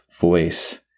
voice